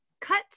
cut